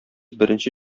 беренче